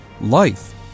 Life